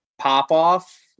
pop-off